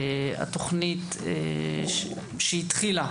התוכנית שהתחילה